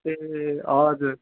ए हजुर